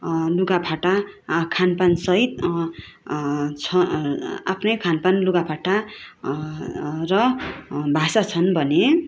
लुगाफाटा खानपान सहित छ आफ्नै खानपान लुगाफाटा र भाषा छन् भने